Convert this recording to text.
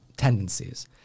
tendencies